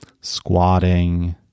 squatting